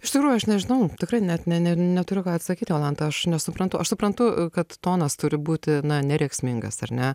iš tikrųjų aš nežinau tikrai net ne ne neturiu ką atsakyt jolanta aš nesuprantu aš suprantu kad tonas turi būti na ne rėksmingas ar ne